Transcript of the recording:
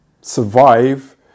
survive